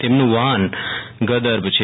તેમનું વાહન ગદર્ભ છે